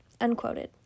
unquoted